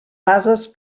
bases